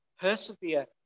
persevere